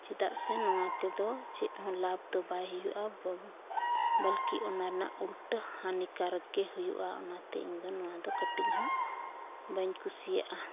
ᱪᱮᱫᱟᱜ ᱥᱮ ᱱᱚᱣᱟ ᱛᱮᱫᱚ ᱪᱮᱫᱦᱚᱸ ᱞᱟᱵᱷ ᱫᱚ ᱵᱟᱭ ᱦᱩᱭᱩᱜᱼᱟ ᱵᱚᱞᱠᱤ ᱚᱱᱟ ᱨᱮᱭᱟᱜ ᱩᱞᱴᱟᱹ ᱦᱟᱹᱱᱤ ᱠᱟᱨᱚᱠ ᱜᱮ ᱦᱩᱭᱩᱜᱼᱟ ᱚᱱᱟᱛᱮ ᱤᱧᱫᱚ ᱱᱚᱣᱟᱫᱚ ᱠᱟᱹᱴᱤᱡ ᱦᱚᱸ ᱵᱟᱹᱧ ᱠᱩᱥᱤᱭᱟᱜᱼᱟ